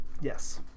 Yes